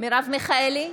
מרב מיכאלי,